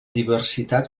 diversitat